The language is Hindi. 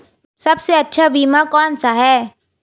सबसे अच्छा बीमा कौनसा है?